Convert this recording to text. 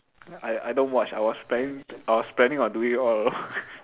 I I don't watch I was planning I was planning on doing it all along